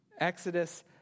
Exodus